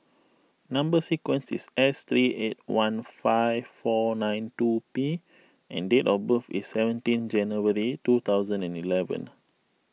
Number Sequence is S three eight one five four nine two P and date of birth is seventeen January two thousand and eleven